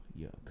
yuck